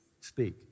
speak